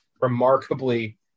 remarkably